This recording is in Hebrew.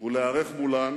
ולהיערך מולן